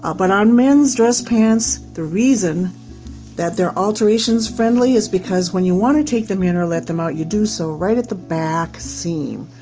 ah but on men's dress pants the reason that they're alterations friendly is because when you want to take them in or let them out you do so right at the back seam.